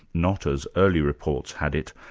not, as early reports had it,